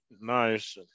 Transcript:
nice